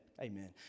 Amen